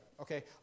Okay